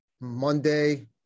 Monday